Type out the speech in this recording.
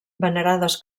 venerades